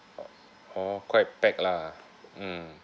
oh oh quite packed lah mm